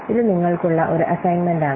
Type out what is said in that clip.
ഇത് നിങ്ങൾക്കുള്ള ഒരു അസയിൻമെൻറ് ആണ്